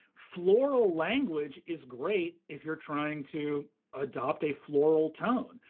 floral language is great if you're trying to adopt a floral tone.